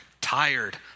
tired